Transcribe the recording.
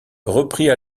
reprit